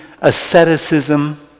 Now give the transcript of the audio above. asceticism